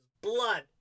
Blood